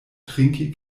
trinki